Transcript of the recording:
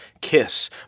Kiss